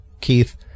Keith